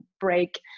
break